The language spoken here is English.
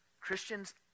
Christians